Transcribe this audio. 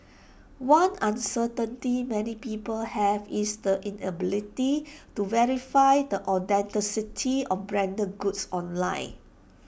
one uncertainty many people have is the inability to verify the authenticity of branded goods online